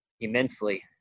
immensely